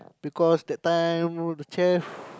because that time the chef